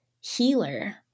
healer